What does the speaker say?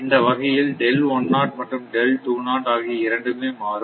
இந்த வகையில்மற்றும் ஆகிய இரண்டுமே மாறும்